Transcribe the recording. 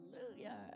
Hallelujah